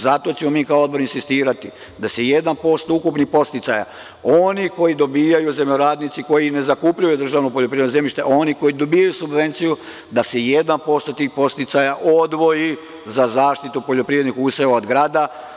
Zato ćemo mi kao Odbor insistirati da se 1% ukupnih podsticaja, onih koje dobijaju zemljoradnici koji ne zakupljuju državno poljoprivredno zemljište, oni koji dobijaju subvenciju, da se 1% tih podsticaja odvoji za zaštitu poljoprivrednih useva od grada.